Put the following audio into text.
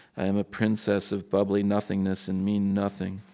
i am a princess of bubbly nothingness and mean nothing.